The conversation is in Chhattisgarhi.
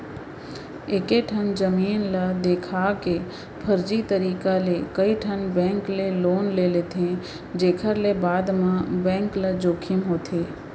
एकेठन जमीन ल देखा के फरजी तरीका ले कइठन बेंक ले लोन ले लेथे जेखर ले बाद म बेंक ल जोखिम होथे